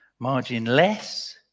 Marginless